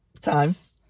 times